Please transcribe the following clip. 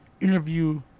interview